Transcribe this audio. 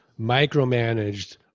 micromanaged